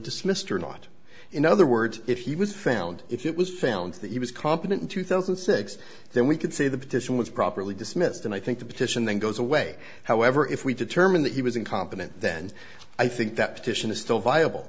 dismissed or not in other words if he was found if it was found that he was competent in two thousand and six then we could say the petition was properly dismissed and i think the petition then goes away however if we determine that he was incompetent then i think that petition is still viable